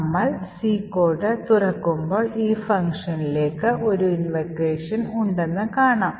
നമ്മൾ C കോഡ് തുറക്കുമ്പോൾ ഈ ഫംഗ്ഷനിലേക്ക് ഒരു ഇൻവോക്കേഷൻ ഉണ്ടെന്ന് കാണാം